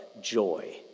joy